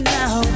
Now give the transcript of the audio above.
now